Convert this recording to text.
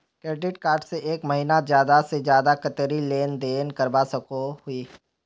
Credit card से एक महीनात ज्यादा से ज्यादा कतेरी लेन देन करवा सकोहो ही?